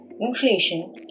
Inflation